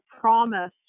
promise